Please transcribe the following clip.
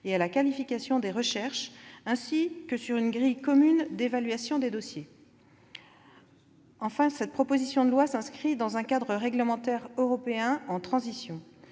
et à la qualification des recherches, ainsi que sur une grille commune d'évaluation des dossiers. Enfin, cette proposition de loi s'inscrit dans un cadre réglementaire européen en transition